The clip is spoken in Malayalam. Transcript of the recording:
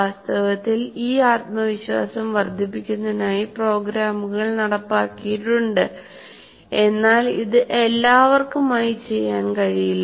വാസ്തവത്തിൽ ഈ ആത്മവിശ്വാസം വർദ്ധിപ്പിക്കുന്നതിനായി പ്രോഗ്രാമുകൾ നടപ്പിലാക്കിയിട്ടുണ്ട് എന്നാൽ ഇത് എല്ലാവർക്കുമായി ചെയ്യാൻ കഴിയില്ല